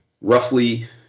roughly